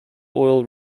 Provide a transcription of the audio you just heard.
oil